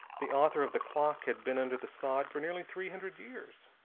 the author of the clock had been under the sod for nearly three hundred years.